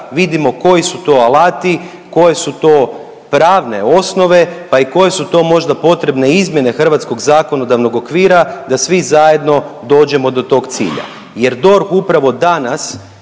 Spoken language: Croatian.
vidimo koji su to alati, koje su to pravne osnove, pa i koje su to možda potrebne izmjene hrvatskog zakonodavnog okvira da svi zajedno dođemo do tog cilja jer DORH upravo danas